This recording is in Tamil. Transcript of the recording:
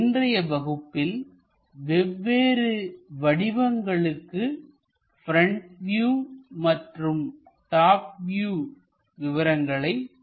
இன்றைய வகுப்பில் வெவ்வேறு வடிவங்களுக்கு ப்ரெண்ட் வியூ மற்றும் டாப் வியூ விவரங்களை பார்க்கலாம்